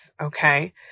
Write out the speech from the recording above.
okay